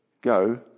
Go